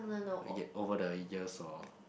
I get over the years oh